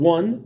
One